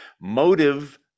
Motive